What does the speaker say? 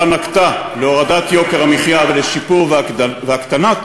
נקטה להורדת יוקר המחיה ולשיפור ולהקטנת